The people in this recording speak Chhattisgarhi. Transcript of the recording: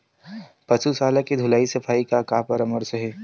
पशु शाला के धुलाई सफाई के का परामर्श हे?